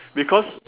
because